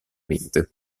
mente